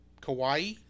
Kauai